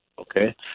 Okay